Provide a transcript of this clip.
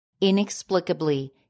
Inexplicably